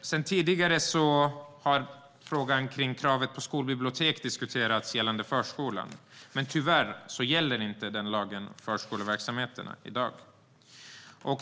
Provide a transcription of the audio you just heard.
Sedan tidigare har frågan om kravet på skolbibliotek diskuterats gällande förskolan. Tyvärr gäller inte den lagen förskoleverksamheten i dag.